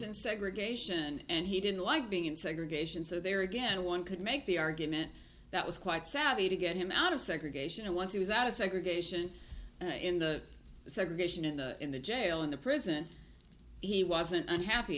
in segregation and he didn't like being in segregation so there again one could make the argument that was quite savvy to get him out of segregation and once he was as segregation in the segregation and in the jail in the prison he wasn't unhappy